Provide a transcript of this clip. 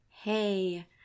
Hey